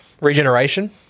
regeneration